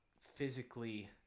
physically